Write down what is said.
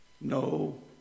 no